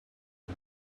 him